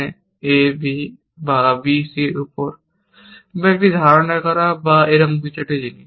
a b বা b c এর উপর বা একটি ধারণ করা বা এরকম কিছু জিনিস